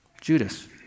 Judas